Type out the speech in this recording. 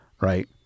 right